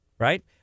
right